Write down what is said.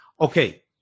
Okay